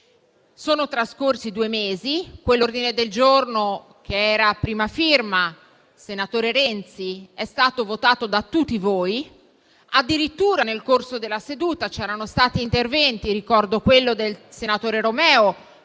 Sono trascorsi due mesi, quell'ordine del giorno che era a prima firma del senatore Renzi è stato votato da tutti voi; addirittura nel corso della seduta c'erano stati interventi (ricordo quelli del senatore Romeo